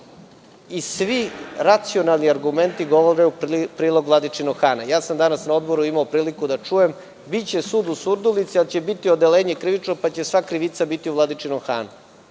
i svi racionalni argumenti govore u prilog Vladičinog Hana. Danas na Odboru sam imao priliku da čujem – biće sud u Surdulici, ali će biti odeljenje krivično pa će sva krivica biti u Vladičinom Hanu.